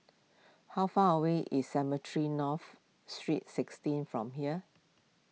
how far away is Cemetry North Street sixteen from here